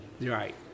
Right